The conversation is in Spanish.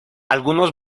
algunos